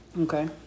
Okay